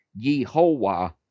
Yehovah